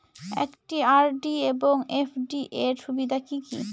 একটি আর.ডি এবং এফ.ডি এর সুবিধা কি কি?